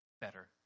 better